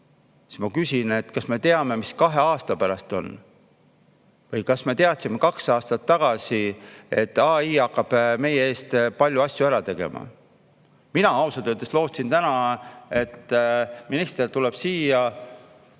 ma küsin, kas me teame, mis kahe aasta pärast on. Kas me teadsime kaks aastat tagasi, et AI hakkab meie eest palju asju ära tegema? Mina ausalt öeldes lootsin, et minister tuleb täna